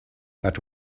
but